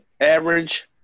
average